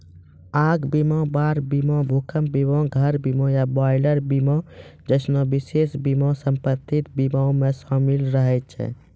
आग बीमा, बाढ़ बीमा, भूकंप बीमा, घर बीमा या बॉयलर बीमा जैसनो विशेष बीमा सम्पति बीमा मे शामिल रहै छै